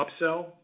upsell